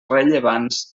rellevants